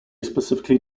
specifically